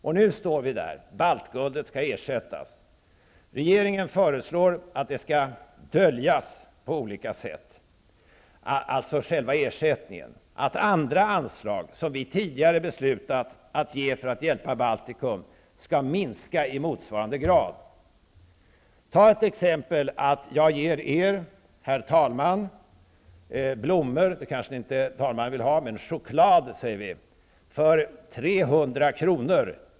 Och nu står vi där: Baltguldet skall ersättas. Regeringen föreslår att ersättningen skall döljas på olika sätt. Andra anslag som vi tidigare beslutat att ge för att hjälpa Baltikum skall minska i motsvarande grad! Ta exemplet att jag ger er, herr talman, blommor -- eller choklad, om inte talmannen vill ha blommor -- för 300 kr.